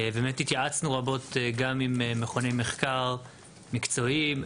ובאמת התייעצנו רבות גם עם מכוני מחקר מקצועיים,